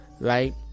right